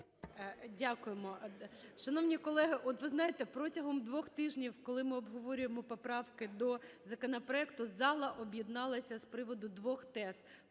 Дякуємо. Шановні колеги, от, ви знаєте, протягом двох тижнів, коли ми обговорюємо поправки до законопроекту, зала об'єдналася з приводу двох тез: